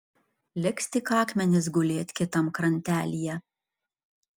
liks tik akmenys gulėt kitam krantelyje